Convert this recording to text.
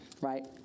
Right